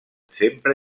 sempre